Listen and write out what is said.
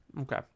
Okay